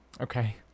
Okay